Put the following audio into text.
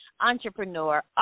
entrepreneur